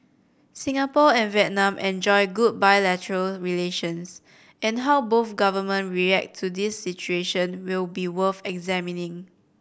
Singapore and Vietnam enjoy good bilateral relations and how both government react to this situation will be worth examining